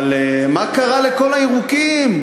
אבל מה קרה לכל הירוקים,